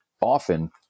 often